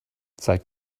zeig